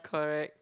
correct